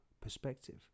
perspective